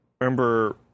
Remember